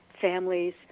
families